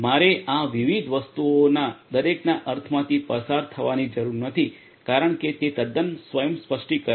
મારે આ વિવિધ વસ્તુઓના દરેકના અર્થમાંથી પસાર થવાની જરૂર નથી કારણ કે તે તદ્દન સ્વયં સ્પષ્ટીકરણ છે